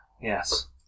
Yes